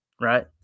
right